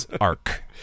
arc